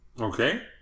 Okay